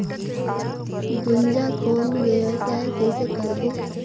गुनजा कौन व्यवसाय कइसे करबो?